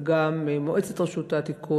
וגם מועצת רשות העתיקות,